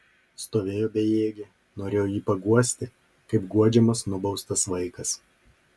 stovėjo bejėgė norėjo jį paguosti kaip guodžiamas nubaustas vaikas